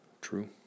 True